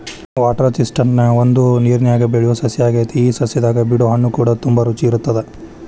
water chestnut ಇದು ಒಂದು ನೇರನ್ಯಾಗ ಬೆಳಿಯೊ ಸಸ್ಯ ಆಗೆತಿ ಈ ಸಸ್ಯದಾಗ ಬಿಡೊ ಹಣ್ಣುಕೂಡ ತುಂಬಾ ರುಚಿ ಇರತ್ತದ